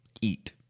Eat